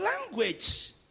language